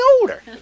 older